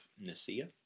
Nicaea